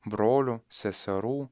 brolių seserų